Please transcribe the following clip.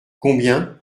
combien